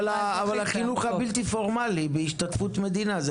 אבל החינוך הבלתי פורמלי בהשתתפות מדינה זה